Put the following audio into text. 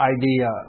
idea